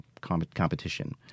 competition